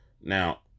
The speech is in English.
Now